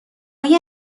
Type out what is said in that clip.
های